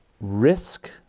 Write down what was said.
risk